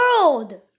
world